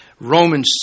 Romans